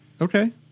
Okay